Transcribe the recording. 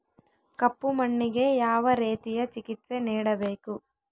ಕಪ್ಪು ಮಣ್ಣಿಗೆ ಯಾವ ರೇತಿಯ ಚಿಕಿತ್ಸೆ ನೇಡಬೇಕು?